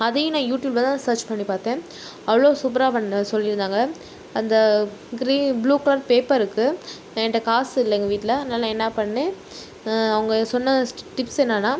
அதையும் நான் யூடியூபில் தான் நான் ஸர்ச் பண்ணி பார்த்தேன் அவ்வளோ சூப்பராக பண்ண சொல்லி தந்தாங்க அந்த க்ரீ ப்ளூ கலர் பேப்பர் இருக்குது என்கிட்ட காசு இல்லை எங்கள் வீட்டில் அதனால் நான் என்ன பண்ணேன் அவங்க சொன்ன டிப்ஸ் என்னன்னா